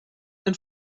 and